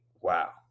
Wow